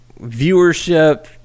viewership